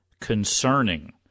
concerning